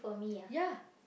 ya